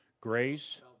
Grace